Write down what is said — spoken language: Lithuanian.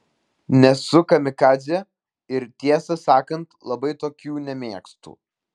nesu kamikadzė ir tiesą sakant labai tokių nemėgstu